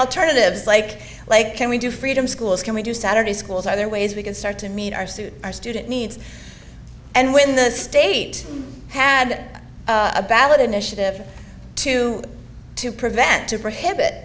alternatives like like can we do freedom schools can we do saturday schools are there ways we can start to meet our suit our student needs and when the state had a ballot initiative to to prevent to prohibit